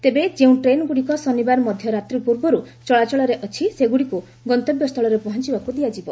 ତେବେ ଯେଉଁ ଟ୍ରେନ୍ଗୁଡ଼ିକ ଶନିବାର ମଧ୍ୟରାତ୍ରୀ ପୂର୍ବରୁ ଚଳାଚଳରେ ଅଛି ସେଗୁଡ଼ିକୁ ଗନ୍ତବ୍ୟ ସ୍ଥଳରେ ପହଞ୍ଚିବାକୁ ଦିଆଯିବ